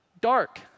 dark